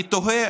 אני תוהה